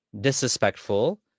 disrespectful